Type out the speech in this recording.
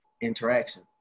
interaction